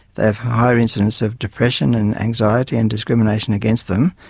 they have higher incidence of depression and anxiety and discrimination against them,